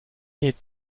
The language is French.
est